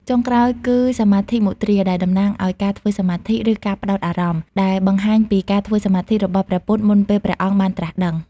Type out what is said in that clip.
ចុងក្រោយគឺ សមាធិមុទ្រា ដែលតំណាងឱ្យការធ្វើសមាធិ ឬ ការផ្ដោតអារម្មណ៍ ដែលបង្ហាញពីការធ្វើសមាធិរបស់ព្រះពុទ្ធមុនពេលព្រះអង្គបានត្រាស់ដឹង។